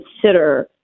consider